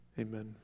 Amen